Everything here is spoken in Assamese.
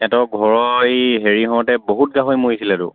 সিহঁতৰ ঘৰৰ এই হেৰি হওঁতে বহুত গাহৰি মৰিছিলেতো